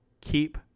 keep